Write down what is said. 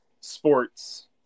sports